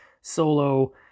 solo